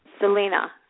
Selena